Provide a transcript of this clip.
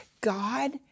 God